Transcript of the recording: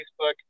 Facebook